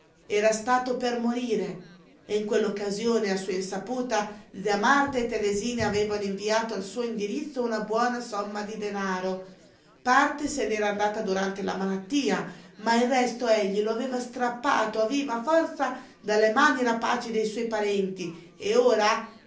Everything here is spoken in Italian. era stato per morire e in quell'occasione a sua insaputa zia marta e teresina avevano inviato al suo indirizzo una buona somma di danaro parte se n'era andata durante la malattia ma il resto egli lo aveva strappato a viva forza dalle mani rapaci dei suoi parenti e ora